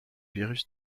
virus